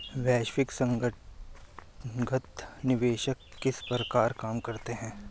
वैश्विक संथागत निवेशक किस प्रकार काम करते हैं?